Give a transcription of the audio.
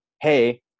hey